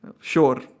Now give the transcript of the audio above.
sure